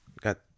got